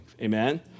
Amen